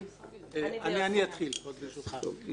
יוסי,